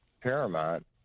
paramount